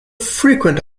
frequent